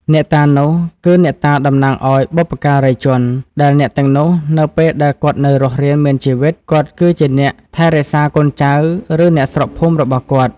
អ្នកតានោះគឺអ្នកតាតំណាងឲ្យបុព្វការីជន ដែលអ្នកទាំងនោះនៅពេលដែលគាត់នៅរស់រានមានជីវិតគាត់គឺជាអ្នកថែរក្សាកូនចៅឬអ្នកស្រុកភូមិរបស់គាត់។